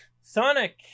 Sonic